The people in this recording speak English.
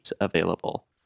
available